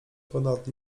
ponad